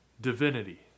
divinity